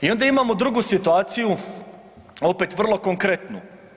I onda imamo drugu situaciju, opet vrlo konkretnu.